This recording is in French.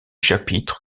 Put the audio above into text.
chapitre